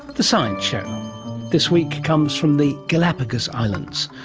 the science show this week comes from the galapagos islands,